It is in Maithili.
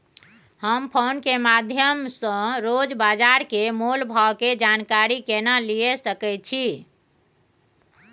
हम फोन के माध्यम सो रोज बाजार के मोल भाव के जानकारी केना लिए सके छी?